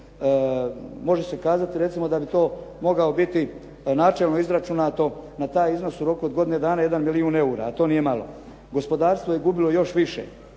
Može se kazati recimo da bi to mogao biti načelno izračunato na taj iznos u roku od godine dana jedna milijun eura. A to nije malo. Gospodarstvo je gubilo još više